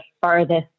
farthest